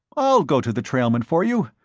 i'll go to the trailmen for you.